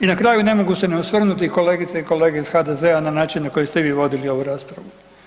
I na kraju ne mogu se ne osvrnuti kolegice i kolege iz HDZ-a na načine na koje ste vi vodili ovu raspravu.